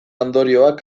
ondorioak